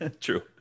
True